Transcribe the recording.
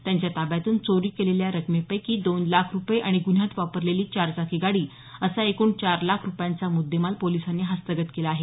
त्यांच्या ताब्यातून चोरी केलेली रकमेपैकी दोन लाख रुपये आणि गुन्ह्यात वापरलेली चारचाकी गाडी असा एकूण चार लाख रुपयांचा मुद्देमाल पोलिसांनी हस्तगत केला आहे